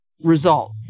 result